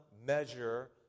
measure